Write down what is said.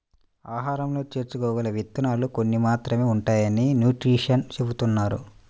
ఆహారంలో చేర్చుకోగల విత్తనాలు కొన్ని మాత్రమే ఉంటాయని న్యూట్రిషన్స్ చెబుతున్నారు